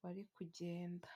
bari kugenda.